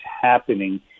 happening